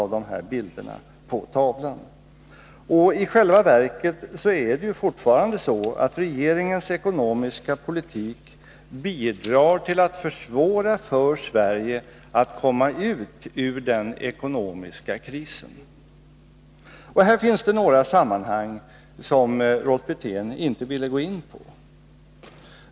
I själva verket är det fortfarande så att regeringens ekonomiska politik bidrar till att försvåra för Sverige att komma ut ur den ekonomiska krisen. 58 Här finns det några sammanhang som Rolf Wirtén inte ville gå in på.